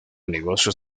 negocios